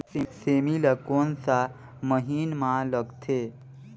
सेमी ला कोन सा महीन मां लगथे?